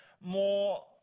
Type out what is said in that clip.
more